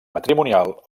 matrimonial